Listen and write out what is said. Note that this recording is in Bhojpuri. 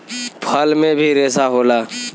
फल में भी रेसा होला